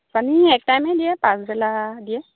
পানী এক টাইমহে দিয়ে পাছবেলা দিয়ে